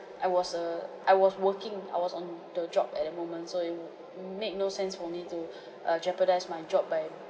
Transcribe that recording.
I was err I was working I was on the job at that moment so it would make no sense for me to uh jeopardise my job by